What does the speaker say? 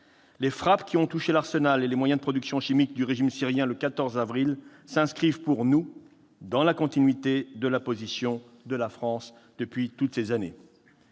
Les frappes qui ont touché l'arsenal et les moyens de production chimique du régime syrien le 14 avril s'inscrivent pour nous dans la continuité de la position de la France depuis toutes ces années.